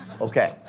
Okay